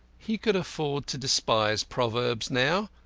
he could afford to despise proverbs now,